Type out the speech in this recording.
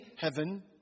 heaven